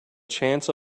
chance